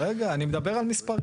רגע אני מדבר על מספרים.